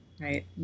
Right